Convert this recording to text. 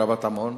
ברמת-עמון,